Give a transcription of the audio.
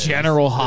General